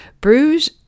Bruges